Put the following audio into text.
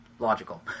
Logical